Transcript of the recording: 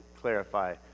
clarify